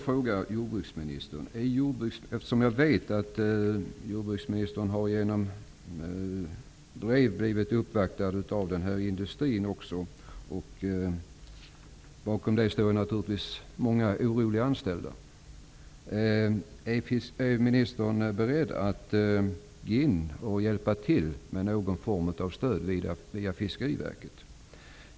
Fru talman! Jag vet att jordbruksministern har blivit uppvaktad med brev från industrin. Bakom det står naturligtvis många oroliga anställda. Jag vill då fråga jordbruksministern: Är ministern beredd att gå in och hjälpa till med någon form av stöd via Fiskeriverket?